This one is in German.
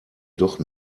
doch